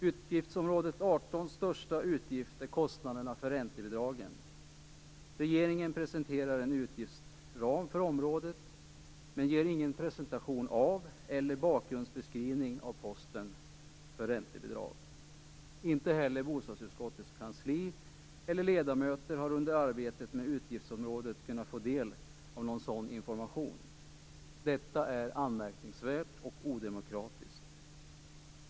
Utgiftsområde 18:s största utgift är kostnaderna för räntebidragen. Regeringen presenterar en utgiftsram för området men ger ingen presentation eller bakgrundsbeskrivning av posten för räntebidrag. Inte heller bostadsutskottets kansli eller ledamöter har under arbetet med utgiftsområdet kunnat få del av sådan information. Detta är anmärkningsvärt och odemokratiskt.